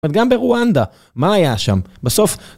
אבל גם ברואנדה, מה היה שם? בסוף